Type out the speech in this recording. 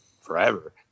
forever